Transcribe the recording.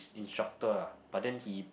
instructor ah but then he